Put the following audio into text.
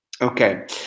Okay